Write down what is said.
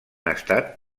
estat